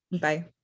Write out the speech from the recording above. bye